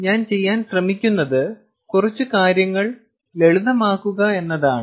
ഞാൻ ചെയ്യാൻ ശ്രമിക്കുന്നത് കുറച്ച് കാര്യങ്ങൾ ലളിതമാക്കുക എന്നതാണ്